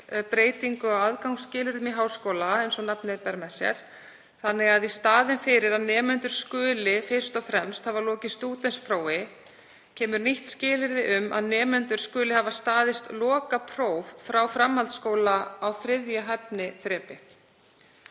breytingu á aðgangsskilyrðum í háskóla, eins og nafnið ber með sér, þannig að í staðinn fyrir að nemendur skuli fyrst og fremst hafa lokið stúdentsprófi kemur nýtt skilyrði um að nemendur skuli hafa staðist lokapróf frá framhaldsskóla á 3. hæfniþrepi.